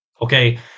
Okay